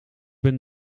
ben